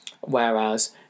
Whereas